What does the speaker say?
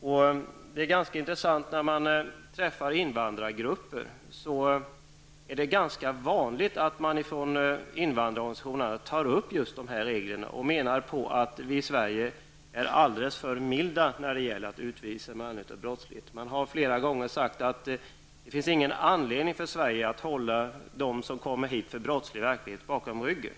När man träffar företrädare för invandrarorganisationer är det vanligt att de tar upp dessa regler till diskussion, och de menar att vi i Sverige är alldeles för milda när det gäller utvisning på grund av brottslighet. De har flera gånger uttalat att det inte finns någon anledning för Sverige att hålla dem som kommer hit och ägnar sig åt brottslig verksamhet bakom ryggen.